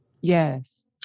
Yes